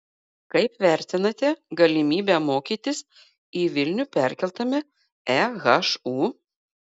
kaip vertinate galimybę mokytis į vilnių perkeltame ehu